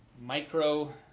micro